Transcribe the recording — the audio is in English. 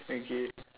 okay